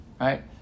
right